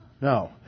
No